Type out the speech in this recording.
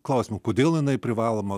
klausimų kodėl jinai privaloma